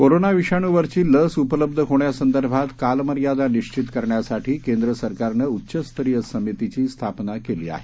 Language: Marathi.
कोरोनाविषाणूवरचीलसउपलब्धहोण्यासंदर्भातकालमर्यादानिश्चितकरण्यासाठीकेंद्रसरकार नंउच्चस्तरीयसमितीचीस्थापनाकेलीआहे